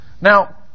Now